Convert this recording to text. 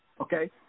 Okay